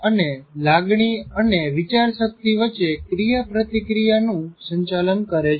અને લાગણી અને વિચારશક્તિ વચ્ચે ક્રિયાપ્રતિક્રિયાનું સંચાલન કરે છે